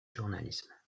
journalisme